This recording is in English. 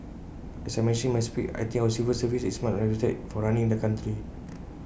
as I mentioned in my speech I think our civil service is much respected for running the country